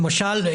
למשל,